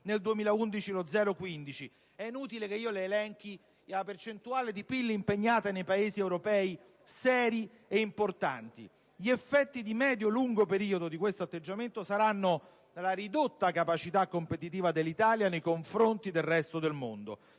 nel 2011 lo 0,15. È inutile che elenchi qui le percentuali di PIL impegnate nei Paesi europei seri ed importanti. Gli effetti di medio-lungo periodo di questo atteggiamento saranno la ridotta capacità competitiva dell'Italia nei confronti del resto del mondo.